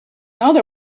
other